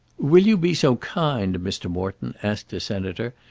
will you be so kind, mr. morton, asked the senator,